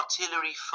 Artillery